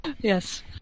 Yes